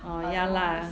orh ya lah